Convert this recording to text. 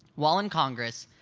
while in congress,